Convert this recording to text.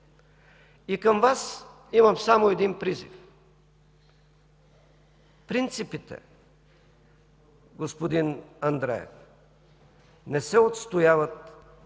Към Вас имам само един призив – принципите, господин Андреев, не се отстояват